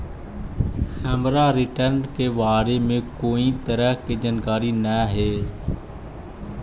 हमरा रिटर्न के बारे में कोई तरह के जानकारी न हे